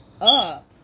up